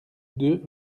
deux